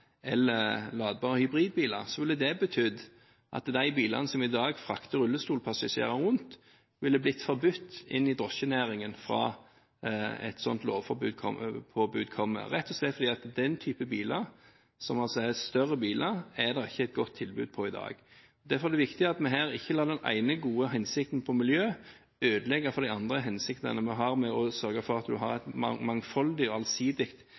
eller ladbare hybridbiler. Da ville det betydd at de bilene som i dag frakter rullestolpassasjerer rundt, ville blitt forbudt i drosjenæringen hvis et sånt lovpåbud kom – rett og slett fordi det ikke er et godt tilbud på den type biler i dag, som altså er større biler. Derfor er det viktig at vi her ikke lar den ene gode hensikten som gjelder miljø, ødelegge for de andre hensiktene vi har med å sørge for at en har et mangfoldig og allsidig